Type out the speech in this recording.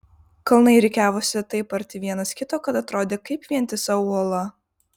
kalnai rikiavosi taip arti vienas kito kad atrodė kaip vientisa uola